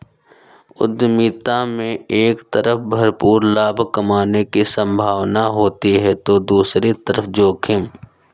उद्यमिता में एक तरफ भरपूर लाभ कमाने की सम्भावना होती है तो दूसरी तरफ जोखिम